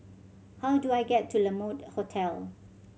how do I get to La Mode Hotel